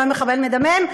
הוא היה מחבל מדמם,